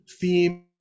theme